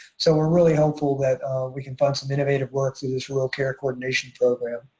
so we're really hopeful that we can fund some innovative work through this rural care coordination program.